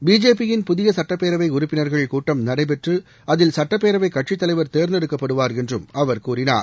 பிஜேபியின் புதிய சுட்டப்பேரவை உறுப்பினர்கள் கூட்டம் நடைபெற்று அதில் சட்டப்பேரவைக் கட்சித் தலைவர் தேர்ந்தெடுக்கப்படுவார் என்றும் அவர் கூறினார்